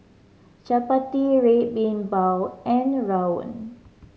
chappati Red Bean Bao and rawon